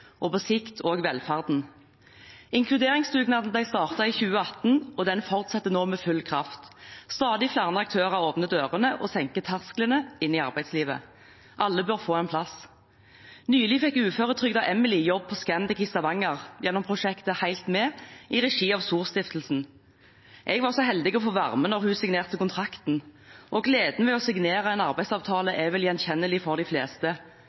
og på sikt også velferden. Inkluderingsdugnaden ble startet i 2018, og den fortsetter nå med full kraft. Stadig flere aktører åpner dørene og senker tersklene inn i arbeidslivet. Alle bør få en plass. Nylig fikk uføretrygdede Emily jobb på Scandic i Stavanger, gjennom prosjektet HELT MED i regi av Stiftelsen SOR. Jeg var så heldig å få være med da hun signerte kontrakten, og gleden ved å signere en arbeidsavtale er vel gjenkjennelig for de fleste